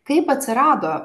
kaip atsirado